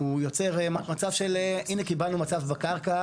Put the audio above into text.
הוא יוצר מצב של, הנה, קיבלנו מצב בקרקע.